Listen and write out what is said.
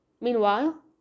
Meanwhile